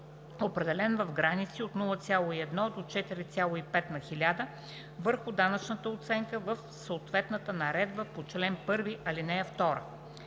определен в граници от 0,1 до 4,5 на хиляда върху данъчната оценка в съответната наредба по чл. 1, ал. 2.